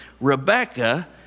Rebecca